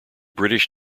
british